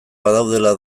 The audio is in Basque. badaudela